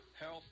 health